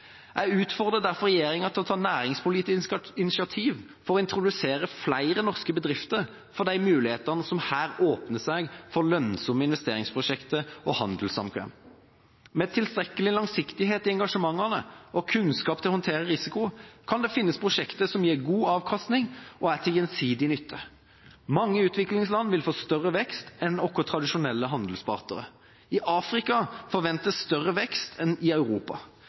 Jeg utfordrer derfor regjeringa til å ta næringspolitisk initiativ for å introdusere flere norske bedrifter for de mulighetene som her åpner seg for lønnsomme investeringsprosjekter og handelssamkvem. Med tilstrekkelig langsiktighet i engasjementene og kunnskap til å håndtere risiko kan det finnes prosjekter som gir god avkastning og er til gjensidig nytte. Mange utviklingsland vil få større vekst enn våre tradisjonelle handelspartnere. I Afrika forventes større vekst enn i Europa.